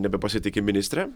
nebepasitiki ministre